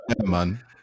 man